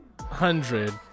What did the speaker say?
hundred